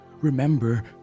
remember